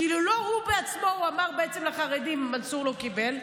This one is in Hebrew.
כאילו לא הוא בעצמו אמר לחרדים: מנסור לא קיבל,